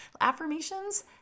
affirmations